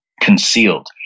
concealed